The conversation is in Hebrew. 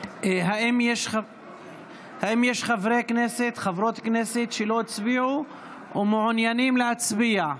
האם יש חברי או חברות כנסת שלא הצביעו ומעוניינים להצביע?